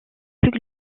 plus